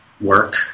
work